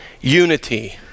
unity